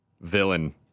villain